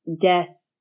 death